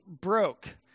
broke